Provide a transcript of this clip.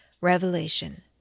Revelation